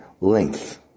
length